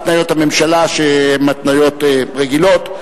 להתניות הממשלה, שהן התניות רגילות.